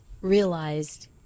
realized